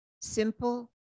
simple